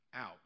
out